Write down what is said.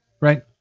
Right